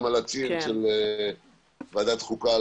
גם על הציר של ועדת החוקה.